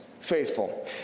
faithful